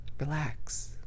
relax